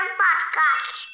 podcast